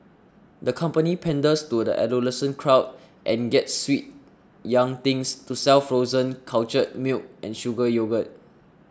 the company panders to the adolescent crowd and gets sweet young things to sell frozen cultured milk and sugar yogurt